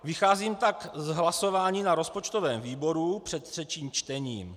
Vycházím tak z hlasování na rozpočtovém výboru před třetím čtením.